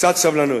קצת סבלנות.